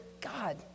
God